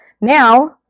now